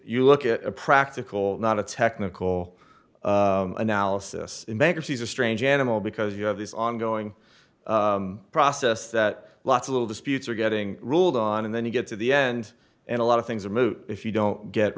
you look at a practical not a technical analysis in bankruptcy is a strange animal because you have this ongoing process that lots of little disputes are getting ruled on and then you get to the end and a lot of things are moot if you don't get